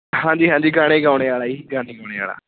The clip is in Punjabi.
ਹਾਂਜੀ ਹਾਂਜੀ ਗਾਣੇ ਗਾਉਣ ਵਾਲਾ ਜੀ ਗਾਣੇ ਗਾਉਣ ਵਾਲਾ